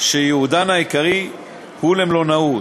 שייעודן העיקרי הוא מלונאות.